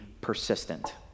persistent